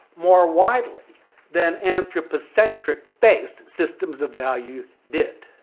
more widely than anthropocentric-based systems of value did.